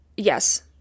Yes